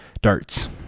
darts